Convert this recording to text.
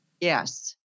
Yes